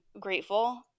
grateful